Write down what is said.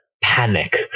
panic